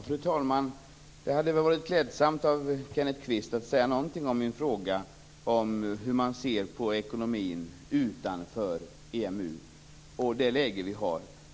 Fru talman! Det hade väl varit klädsamt av Kenneth Kvist att säga någonting om min fråga om hur man ser på ekonomin utanför EMU och om det läge vi har.